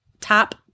top